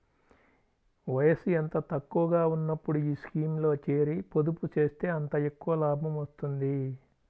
వయసు ఎంత తక్కువగా ఉన్నప్పుడు ఈ స్కీమ్లో చేరి, పొదుపు చేస్తే అంత ఎక్కువ లాభం వస్తుంది